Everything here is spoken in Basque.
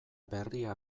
berria